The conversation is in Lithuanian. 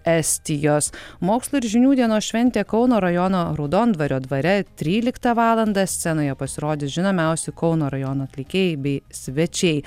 estijos mokslo ir žinių dienos šventė kauno rajono raudondvario dvare tryliktą valandą scenoje pasirodys žinomiausi kauno rajono atlikėjai bei svečiai